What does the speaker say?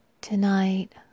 Tonight